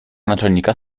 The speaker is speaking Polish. naczelnika